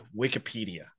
Wikipedia